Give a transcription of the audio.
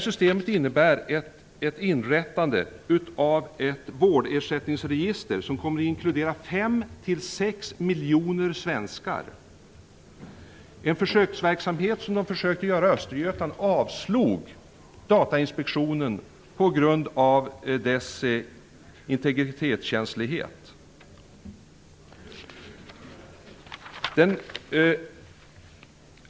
Systemet innebär ett inrättande av ett vårdersättningsregister, inkluderande fem till sex miljoner svenskar. Datainspektionen avslog en försöksverksamhet som man ville starta i Östergötland på grund av dess integritetskänslighet.